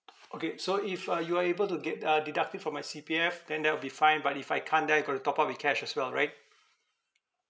okay so if uh you are able to get uh deduct it from my C_P_F then that will be fine but if I can't then I got to top up with cash as well right